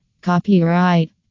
Copyright